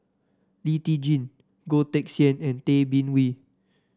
Lee Tjin Goh Teck Sian and Tay Bin Wee